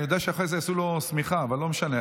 אני יודע שאחרי זה יעשו לו שמיכה, אבל לא משנה.